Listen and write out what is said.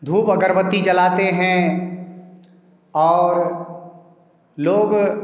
धूप अगरबत्ती जलातें हैं और लोग